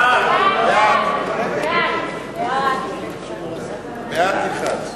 לדיון מוקדם בוועדה שתקבע ועדת הכנסת